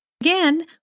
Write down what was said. Again